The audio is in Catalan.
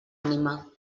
ànima